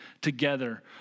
together